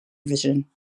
vision